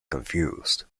confused